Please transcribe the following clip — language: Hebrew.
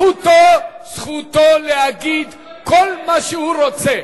זכותו להגיד כל מה שהוא רוצה.